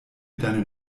deine